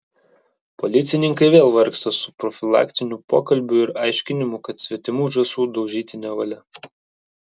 policininkai vėl vargsta su profilaktiniu pokalbiu ir aiškinimu kad svetimų žąsų daužyti nevalia